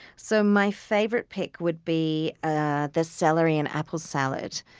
so my favorite pick would be ah the celery and apple salad,